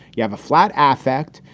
you have a flat affect.